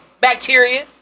bacteria